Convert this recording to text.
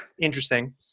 interesting